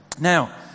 Now